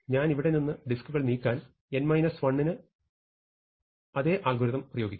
ഞാൻ ഇവിടെ നിന്ന് ഡിസ്കുകൾ നീക്കാൻ ന് അതേ അൽഗോരിതം പ്രയോഗിക്കുന്നു